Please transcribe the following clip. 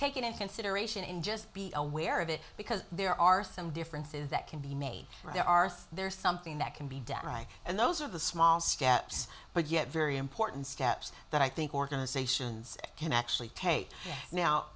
taken into consideration in just be aware of it because there are some differences that can be made there are there is something that can be done right and those are the small steps but yet very important steps that i think organizations can actually take now